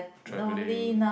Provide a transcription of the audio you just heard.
traveling